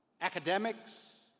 academics